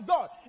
God